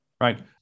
right